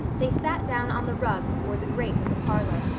they sat down on the rug before the grate in the parlor,